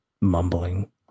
mumbling